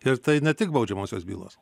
ir tai ne tik baudžiamosios bylos